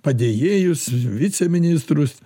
padėjėjus viceministrus